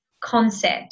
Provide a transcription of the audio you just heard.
concept